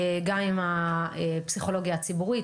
גם עם הפסיכולוגיה הציבורית.